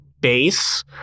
base